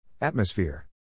Atmosphere